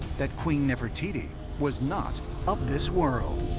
that queen nefertiti was not of this world.